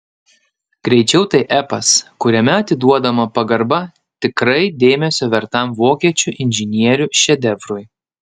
greičiau tai epas kuriame atiduodama pagarba tikrai dėmesio vertam vokiečių inžinierių šedevrui